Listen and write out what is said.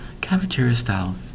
Cafeteria-style